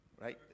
right